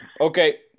okay